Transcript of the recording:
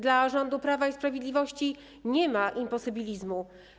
Dla rządu Prawa i Sprawiedliwości nie ma imposybilizmu.